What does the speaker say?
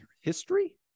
history